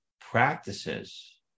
practices